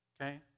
okay